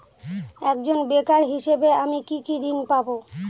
একজন বেকার হিসেবে আমি কি কি ঋণ পাব?